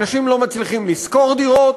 אנשים לא מצליחים לשכור דירות.